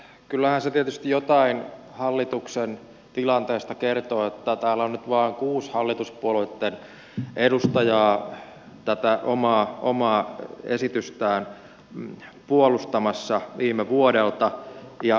kyllähän se tietysti jotain hallituksen tilanteesta kertoo että täällä on nyt vain kuusi hallituspuolueitten edustajaa tätä omaa esitystään viime vuodelta puolustamassa